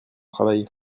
travail